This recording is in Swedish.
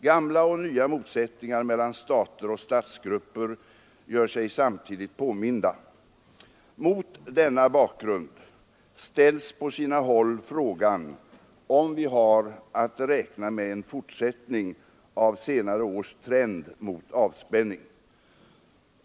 Gamla och nya motsättningar mellan stater och statsgrupper gör sig samtidigt påminda. Mot denna bakgrund ställs på sina håll frågan om vi har att räkna med en fortsättning av senare års trend mot avspänning.